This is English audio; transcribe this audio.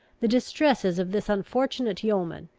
the distresses of this unfortunate yeoman,